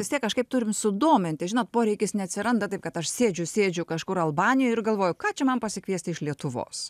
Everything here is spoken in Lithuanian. vis tiek kažkaip turim sudominti žinot poreikis neatsiranda taip kad aš sėdžiu sėdžiu kažkur albanijoj ir galvoju ką čia man pasikviesti iš lietuvos